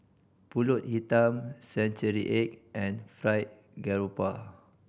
Pulut Hitam century egg and Fried Garoupa